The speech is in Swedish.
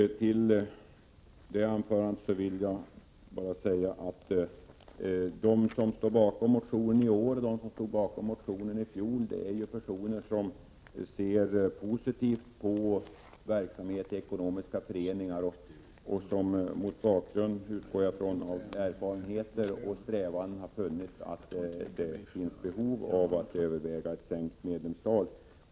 Herr talman! Beträffande detta anförande vill jag bara säga att de som står bakom årets motion och även de som står bakom fjolårets ju är personer som ser positivt på verksamhet i ekonomiska föreningar och som — vilket jag utgår ifrån — mot bakgrund av egna erfarenheter och strävanden har funnit att det finns behov av att överväga ett minskat antal medlemmar.